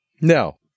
No